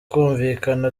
kumvikana